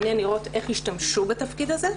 מעניין לראות איך השתמשו בתפקיד הזה.